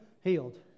healed